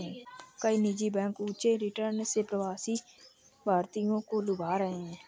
कई निजी बैंक ऊंचे रिटर्न से प्रवासी भारतीयों को लुभा रहे हैं